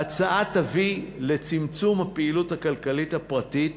ההצעה תביא לצמצום הפעילות הכלכלית הפרטית